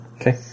Okay